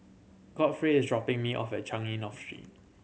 Godfrey is dropping me off at Changi North Street